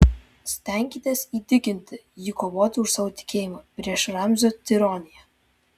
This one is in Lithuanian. stenkitės įtikinti jį kovoti už savo tikėjimą prieš ramzio tironiją